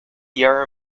your